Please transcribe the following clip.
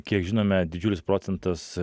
kiek žinome didžiulis procentas